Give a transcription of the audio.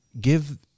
give